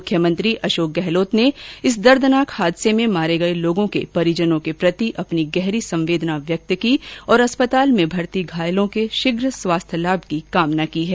मुख्यमंत्री अशोक गहलोत ने इस दर्दनाक हादसे में मारे गए लोगों के परिजनों के प्रति अपनी गहरी संवेदना व्यक्त की और अस्पताल में भर्ती घायलों के शीघ स्वास्थ्य लाभ की कामना की है